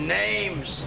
names